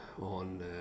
on